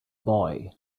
boy